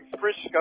Frisco